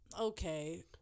okay